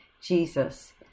Jesus